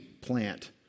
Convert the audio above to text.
plant